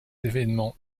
évènements